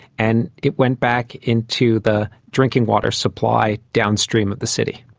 and it went back into the drinking water supply downstream of the city.